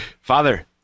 Father